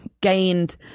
gained